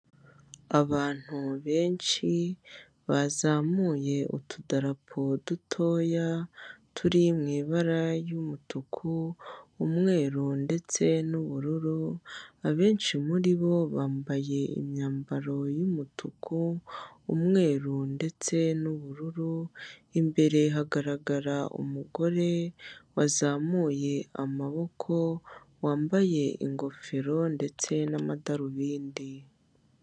Abantu benshi bazamuye utudarapo dutoya turi mu ibara ry'umutuku, umweruru ndetse n'ubururu, abenshi muri bo bambaye imyambaro y'umutuku, umweru ndetse n'ubururu. Imbere hagaragara umugore wazamuye amaboko, wambaye ingofero ndetse n'amadarubindi.